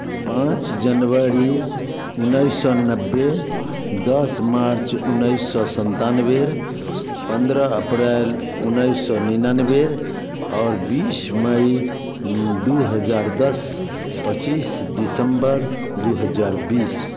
पाँच जनवरी उन्नीस सौ नब्बे दस मार्च उन्नीस सौ सत्तानवे पन्द्रह अप्रैल उन्नीस सौ निन्यानवे और बीस मई दो हज़ार दस पच्चीस दिसम्बर दो हज़ार बीस